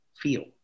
feel